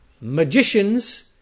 Magicians